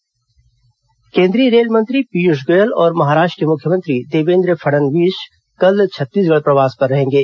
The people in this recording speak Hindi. रेल मंत्री छत्तीसगढ केन्द्रीय रेल मंत्री पीयूष गोयल और महाराष्ट्र के मुख्यमंत्री देवेंद्र फडणवीस कल छत्तीसगढ़ प्रवास पर रहेंगे